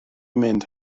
mynd